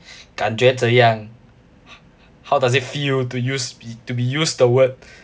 感觉怎样 how does it feel to use to be used the word